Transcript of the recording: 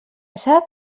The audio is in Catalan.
sap